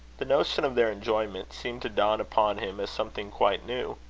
the notion of their enjoyment seemed to dawn upon him as something quite new.